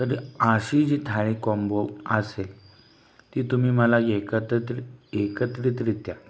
तरी अशी जी थाळी कोंबो असेल ती तुम्ही मला एकत्रितरि एकत्रितरित्या